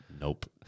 Nope